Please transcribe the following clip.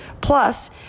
Plus